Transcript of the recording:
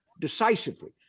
decisively